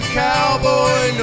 cowboy